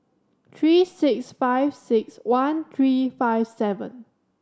three six five six one three five seven